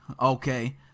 okay